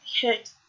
hit